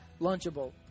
lunchable